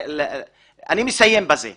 אני מסיים בזה.